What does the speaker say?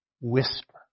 whisper